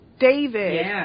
David